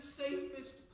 safest